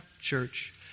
church